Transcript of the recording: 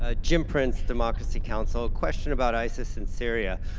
ah jim prince, democracy council. question about isis and syria,